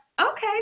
okay